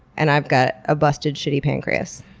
and i've got a busted, shitty pancreas?